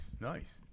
nice